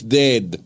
dead